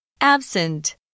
Absent